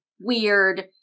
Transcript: weird